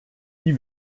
die